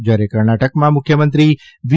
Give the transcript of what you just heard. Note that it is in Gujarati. જયારે કર્ણાટકમાં મુખ્યમંત્રી વી